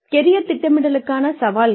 career திட்டமிடலுக்கான சவால்கள்